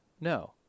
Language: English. no